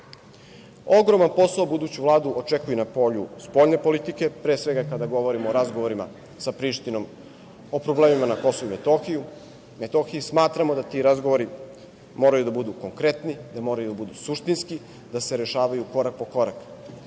posao buduću Vladu očekuje na polju spoljne politike, pre svega kada govorimo o razgovorima sa Prištinom, o problemima na Kosovu i Metohiji. Smatramo da ti razgovori moraju da budu konkretni, da moraju da budu suštinski, da se rešavaju korak po